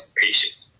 patience